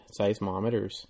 seismometers